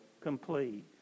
complete